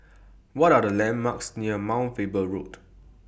What Are The landmarks near Mount Faber Road